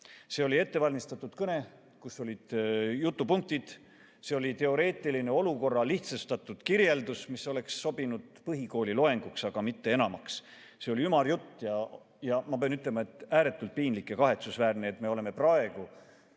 See oli ette valmistatud kõne, kus olid jutupunktid. See oli teoreetiline olukorra lihtsustatud kirjeldus, mis oleks sobinud põhikooli loenguks, aga mitte enamaks. See oli ümar jutt. Ma pean ütlema, et on ääretult piinlik ja kahetsusväärne, et me oleme praegu